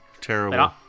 Terrible